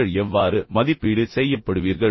நீங்கள் எவ்வாறு மதிப்பீடு செய்யப்படுவீர்கள்